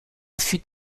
fut